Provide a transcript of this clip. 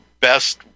best